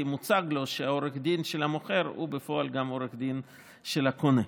כי מוצג לו שעורך דין של המוכר הוא בפועל גם עורך דין של הקונה.